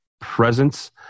Presence